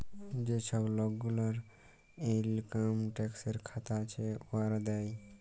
যে ছব লক গুলার ইলকাম ট্যাক্সের খাতা আছে, উয়ারা দেয়